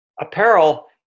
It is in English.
Apparel